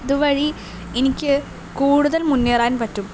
ഇതുവഴി എനിക്ക് കൂടുതൽ മുന്നേറാൻ പറ്റും